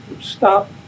stop